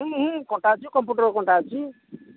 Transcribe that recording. ହୁଁ ହୁଁ କଣ୍ଟା ଅଛି କମ୍ପ୍ୟୁଟର କଣ୍ଟା ଅଛି